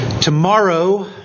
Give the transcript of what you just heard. Tomorrow